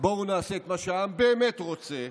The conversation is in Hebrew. בואו נעשה את מה שהעם באמת רוצה,